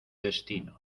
destino